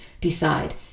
decide